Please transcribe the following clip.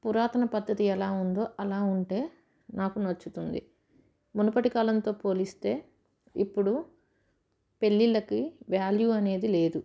పురాతన పద్ధతి ఎలా ఉందో అలా ఉంటే నాకు నచ్చుతుంది మునపటి కాలంతో పోలిస్తే ఇప్పుడు పెళ్ళిళ్ళకి వ్యాల్యూ అనేది లేదు